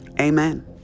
Amen